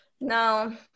Now